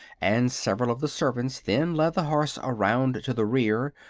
and several of the servants then led the horse around to the rear,